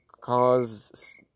cause